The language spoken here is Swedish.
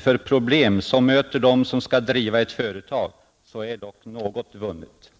för de problem som möter dem som skall driva ett företag är dock något vunnet. Fru talman!